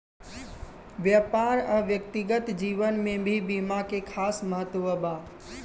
व्यापार आ व्यक्तिगत जीवन में भी बीमा के खास महत्व बा